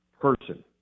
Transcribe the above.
person